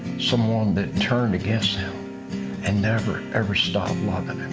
someone that turned against him and never, ever stopped loving